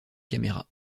caméras